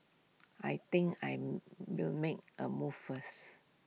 I think I am will make A move first